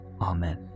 Amen